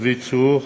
דוד צור,